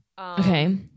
okay